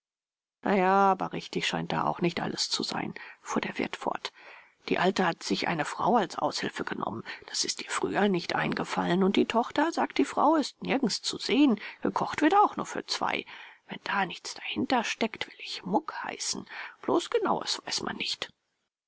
ja aber richtig scheint da auch nicht alles zu sein fuhr der wirt fort die alte hat sich eine frau als aushilfe genommen das ist ihr früher nicht eingefallen und die tochter sagt die frau ist nirgends zu sehen gekocht wird auch nur für zwei wenn da nichts dahintersteckt will ich muck heißen bloß genaues weiß man nicht